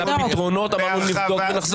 אמרנו שנבדוק ונחזור.